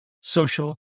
social